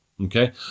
okay